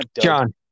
John